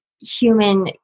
human